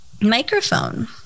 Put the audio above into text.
microphone